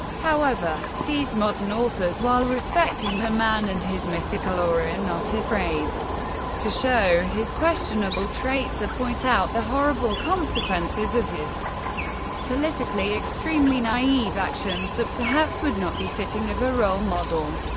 however, these modern authors, while respecting the man and his mythical aura, are and not afraid to show his questionable traits, or point out the horrible consequences of his politically extremely naive actions that perhaps would not be fitting of a role model,